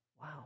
Wow